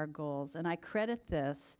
our goals and i credit this